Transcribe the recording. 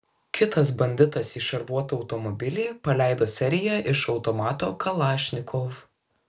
kitas banditas į šarvuotą automobilį paleido seriją iš automato kalašnikov